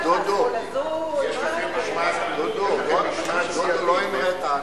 דודו, לא המראת.